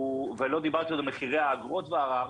ולא דיברתי עוד על מחירי האגרות בערר